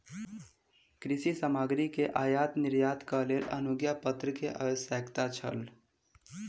कृषि सामग्री के आयात निर्यातक लेल अनुज्ञापत्र के आवश्यकता छल